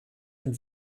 und